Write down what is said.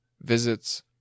visits